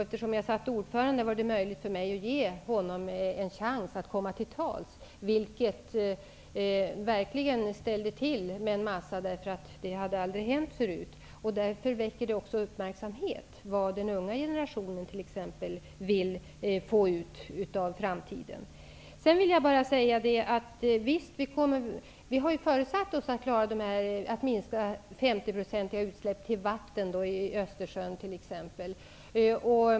Eftersom jag satt ordförande kunde jag ge honom en chans att komma till tals, vilket verkligen ställde till med en massa saker -- det hade aldrig hänt förut. Då väcker det också uppmärksamhet och riktar intresset mot t.ex. vad den unga generationen vill få ut av framtiden. Vi har föresatt oss att minska utsläppen till vatten, t.ex. Östersjön, med 50 %.